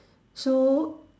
so